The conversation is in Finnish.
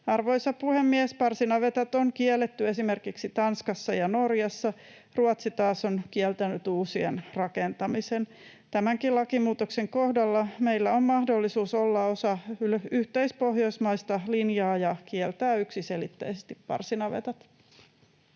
Arvoisa puhemies! Parsinavetat on kielletty esimerkiksi Tanskassa ja Norjassa. Ruotsi taas on kieltänyt uusien rakentamisen. Tämänkin lakimuutoksen kohdalla meillä on mahdollisuus olla osa yhteispohjoismaista linjaa ja kieltää yksiselitteisesti parsinavetat.